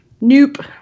Nope